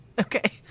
Okay